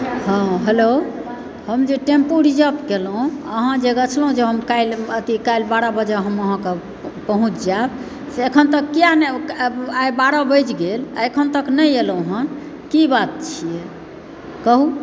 हँ हेलो हम जे टेम्पू रिजप केलहुँ अहाँ जे गछलहुँ जे काल्हि अथी कैल बारह बजे हम अहाँकेँ पहुँच जाएब से एखन तक किया नहि आइ बारह बजि गेल आ एखन तक नहि एलहुँ हन की बात छियै कहू